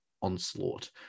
onslaught